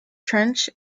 trench